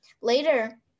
later